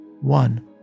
One